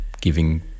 giving